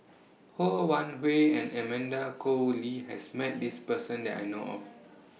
Ho Wan Hui and Amanda Koe Lee has Met This Person that I know of